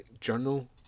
journal